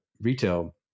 retail